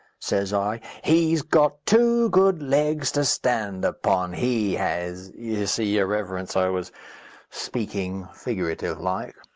says i, he's got two good legs to stand upon, he has you see, your reverence, i was speaking figurative-like.